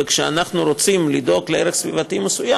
וכשאנחנו רוצים לדאוג לערך סביבתי מסוים,